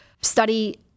study